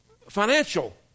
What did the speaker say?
financial